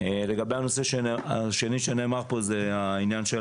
לגבי הנושא השני שנאמר פה זה העניין של